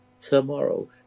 tomorrow